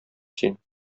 син